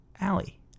Allie